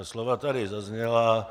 Ta slova tady zazněla.